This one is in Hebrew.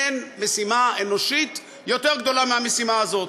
אין משימה אנושית יותר גדולה מהמשימה הזאת.